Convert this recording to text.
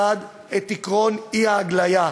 1. את עקרון האי-הגליה,